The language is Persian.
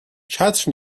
چتر